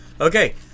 Okay